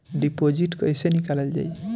Deposit कैसे निकालल जाइ?